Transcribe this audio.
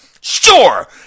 Sure